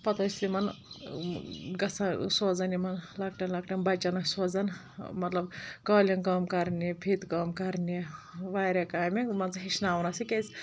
پَتہٕ ٲسۍ یِمَن گژھان سوزٕنۍ یِمَن لۄکٹٮ۪ن لۄکٹٮ۪ن بَچَن ٲسۍ سوزان مطلب قٲلیٖن کٲم کَرنہِ فیٖتہٕ کٲم کَرنہِ واریاہ کامہِ مان ژٕ ہیٚچھناوان آسہِ کیٛازِ